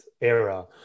era